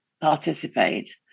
participate